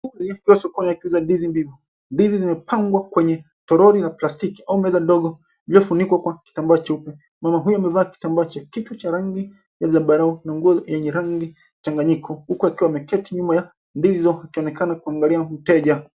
Mtu huyu akiwa sokoni akiuza ndizi mbivu. Ndizi zimepangwa kwenye toroli la plastiki au meza ndogo iliofunikwa kwa kitambaa cheupe. Mama huyo amevaa kitambaa cha kichwa cha rangi ya zambarau na nguo yenye rangi changanyiko huku akiwa ameketi nyuma ya ndizi izo akionekana kuangalia mteja.